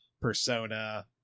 Persona